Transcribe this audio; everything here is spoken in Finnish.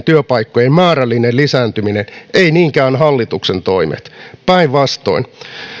työpaikkojen määrällinen lisääntyminen ei niinkään hallituksen toimet päinvastoin